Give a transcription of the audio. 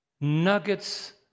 nuggets